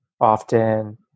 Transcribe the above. often